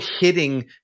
hitting